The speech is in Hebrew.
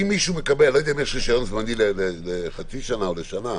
אני לא יודע אם יש רישיון זמני לחצי שנה או לשנה,